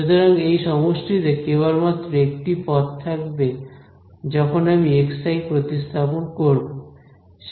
সুতরাং এই সমষ্টিতে কেবলমাত্র একটি পদ থাকবে যখন আমি xi প্রতিস্থাপন করব